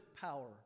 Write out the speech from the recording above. power